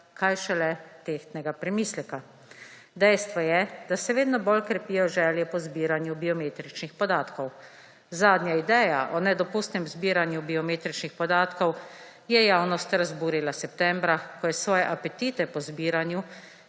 kaj šele tehtnega premisleka. Dejstvo je, da se vedno bolj krepijo želje po zbiranju biometričnih podatkov. Zadnja ideja o nedopustnem zbiranju biometričnih podatkov je javnost razburila septembra, ko je svoje apetite po zbiranju